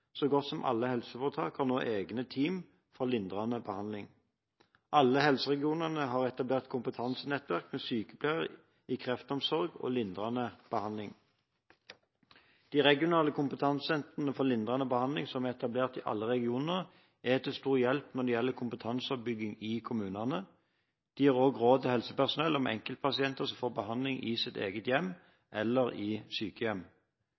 Så godt som alle helseforetak har nå egne team for lindrende behandling. Alle helseregionene har etablert kompetansenettverk med sykepleiere i kreftomsorg og lindrende behandling. De regionale kompetansesentrene for lindrende behandling som er etablert i alle regioner, er til stor hjelp når det gjelder kompetanseoppbygging i kommunene. De gir også råd til helsepersonell om enkeltpasienter som får behandling i sitt eget hjem eller i sykehjem.